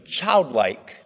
childlike